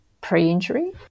pre-injury